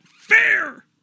fair